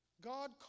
God